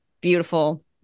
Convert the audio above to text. beautiful